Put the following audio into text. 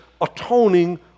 atoning